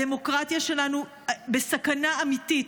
הדמוקרטיה שלנו בסכנה אמיתית.